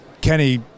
Kenny